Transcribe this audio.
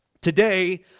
Today